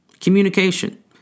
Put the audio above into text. Communication